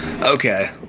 Okay